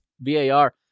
VAR